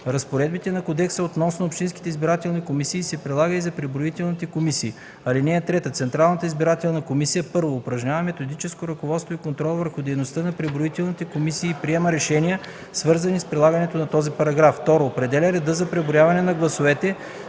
Разпоредбите на кодекса относно общинските избирателни комисии се прилагат и за преброителните комисии. (3) Централната избирателна комисия: 1. упражнява методическо ръководство и контрол върху дейността на преброителните комисии и приема решения, свързани с прилагането на този параграф; 2. определя реда за преброяване на гласовете